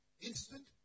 instant